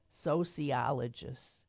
sociologists